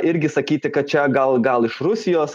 irgi sakyti kad čia gal gal iš rusijos